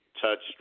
Touched